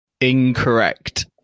incorrect